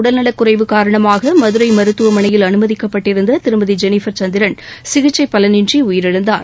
உடல்நலக்குறைவு காரணமாகமதுரைமருத்துவமனையில் அனுமதிக்கப்பட்டிருந்ததிருமதிஜெனீஃபர் சந்திரன் சிகிச்சைப் பலனின்றிஉயிரிழந்தார்